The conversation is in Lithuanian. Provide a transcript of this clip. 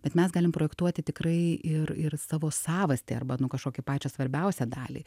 bet mes galim projektuoti tikrai ir ir savo savastį arba nu kažkokią pačią svarbiausią dalį